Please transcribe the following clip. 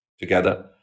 together